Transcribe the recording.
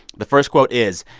the first quote is,